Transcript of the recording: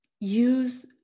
use